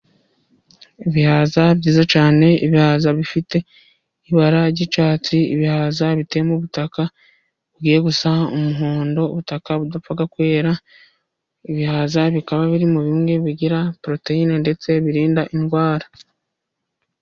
Ibihaza byiza cyane, ibihaza bifite ibara ry'icyatsi, ibihaza biteye mu butaka bugiye gusa umuhondo. Ubutaka budapfa kwera, ibihaza bikaba birimo bimwe bigira proteyine ndetse birinda indwara.